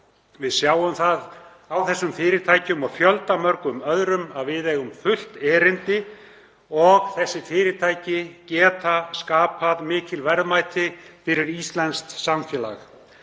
Við sjáum það á þessum fyrirtækjum og fjöldamörgum öðrum að við eigum fullt erindi og þessi fyrirtæki geta skapað mikil verðmæti fyrir íslenskt samfélag.